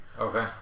Okay